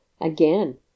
Again